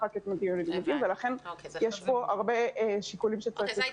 רק את "ממדים ללימודים" ולכן יש פה הרבה שיקולים שצריך